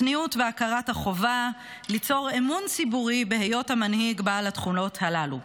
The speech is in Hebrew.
צניעות והכרת החובה ליצור אמון ציבורי בהיות המנהיג בעל התכונות הללו.